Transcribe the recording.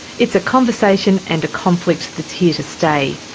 it's a conversation and a conflict that's here to stay.